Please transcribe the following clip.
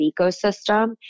ecosystem